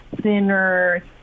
thinner